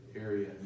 area